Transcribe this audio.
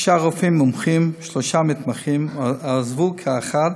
שישה רופאים מומחים ושלושה מתמחים עזבו כאחד